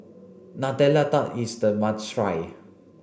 Nutella tart is a must try